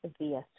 via